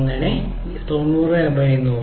83 by 90 90 by 100 ഇത് 25